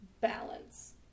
balance